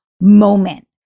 moment